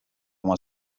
oma